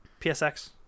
psx